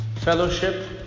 fellowship